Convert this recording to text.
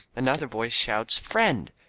another voice shouts, friend.